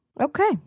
Okay